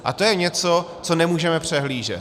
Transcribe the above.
A to je něco, co nemůžeme přehlížet.